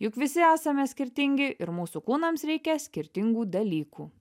juk visi esame skirtingi ir mūsų kūnams reikia skirtingų dalykų